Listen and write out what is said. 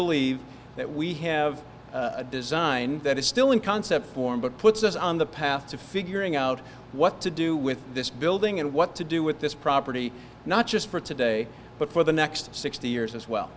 believe that we have a design that is still in concept form but puts us on the path to figuring out what to do with this building and what to do with this property not just for today but for the next sixty years as well